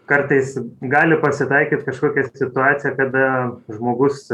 kartais gali pasitaikyt kažkokia situacija kada žmogus